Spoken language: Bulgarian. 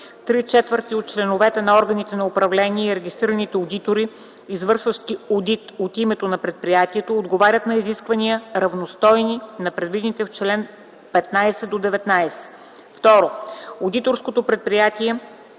три четвърти от членовете на органите на управление и регистрираните одитори, извършващи одит от името на предприятието, отговарят на изисквания, равностойни на предвидените в чл. 15-19; 2. одиторското предприятие